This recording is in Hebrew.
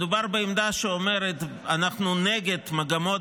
מדובר בעמדה שאומרת: אנחנו נגד מגמות